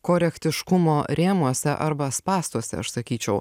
korektiškumo rėmuose arba spąstuose aš sakyčiau